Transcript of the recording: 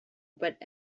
but